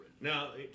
Now